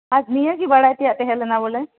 ᱟᱨ ᱱᱤᱭᱟᱹ ᱜᱮ ᱵᱟᱲᱟᱭ ᱛᱮᱱᱟᱜ ᱛᱟᱦᱮᱸ ᱞᱮᱱᱟ ᱵᱚᱞᱮ